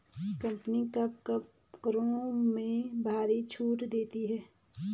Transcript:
Company कब कब उपकरणों में भारी छूट देती हैं?